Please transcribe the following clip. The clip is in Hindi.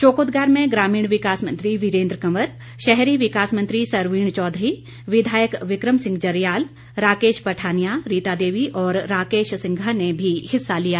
शोकोदगार में ग्रामीण विकास मंत्री वीरेन्द्र कंवर शहरी विकास मंत्री सरवीण चौधरी विधायक विक्रम सिंह जरयाल राकेश पठानिया रीता देवी और राकेश सिंघा ने भी हिस्सा लिया